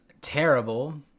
terrible